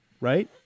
right